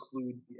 include